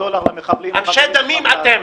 אנשי דמים אתם.